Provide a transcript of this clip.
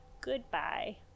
goodbye